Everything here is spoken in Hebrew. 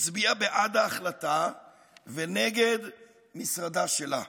הצביעה בעד ההחלטה ונגד משרדה שלה.